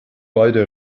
beide